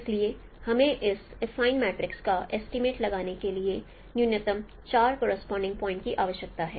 इसलिए हमें इस एफाइन मैट्रिक्स का एस्टीमेट लगाने के लिए न्यूनतम 4 करोसपोंडिंग पॉइंट की आवश्यकता है